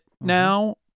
now